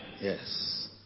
yes